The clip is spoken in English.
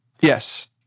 Yes